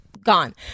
gone